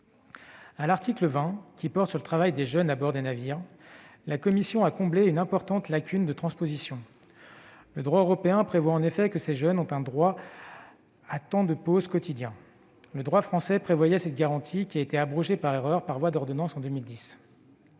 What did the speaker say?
À l'article 20, qui porte sur le travail des jeunes à bord des navires, la commission a comblé une importante lacune de transposition. Le droit européen prévoit en effet que ces jeunes ont droit à un temps de pause quotidien. Le droit français prévoyait cette garantie, qui a été abrogée par erreur, par voie d'ordonnance, en 2010.